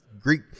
Greek